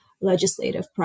legislative